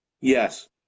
yes